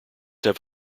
have